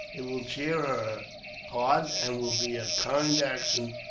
it will cheer her heart, and will be a kind action.